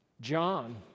John